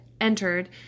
entered